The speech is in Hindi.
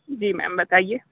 जी मैम बताइये